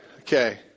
Okay